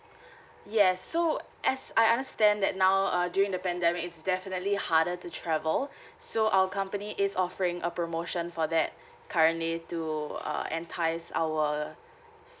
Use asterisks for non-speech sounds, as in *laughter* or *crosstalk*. *breath* yes so as I understand that now uh during the pandemic it's definitely harder to travel *breath* so our company is offering a promotion for that currently to uh entice our